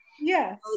Yes